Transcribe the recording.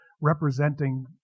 representing